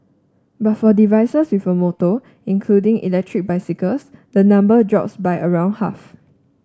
but for devices with a motor including electric bicycles the number drops by around half